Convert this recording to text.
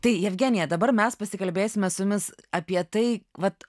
tai jevgenija dabar mes pasikalbėsime su jumis apie tai vat